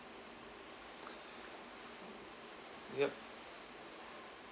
ya